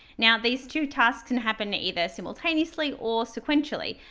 now, these two tasks can happen either simultaneously or sequentially.